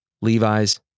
Levi's